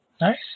Nice